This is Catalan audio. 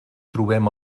trobem